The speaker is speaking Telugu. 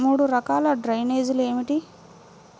మూడు రకాల డ్రైనేజీలు ఏమిటి?